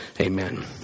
amen